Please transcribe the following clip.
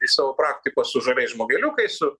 iš savo praktikos su žaliais žmogeliukais su